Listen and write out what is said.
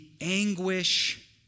anguish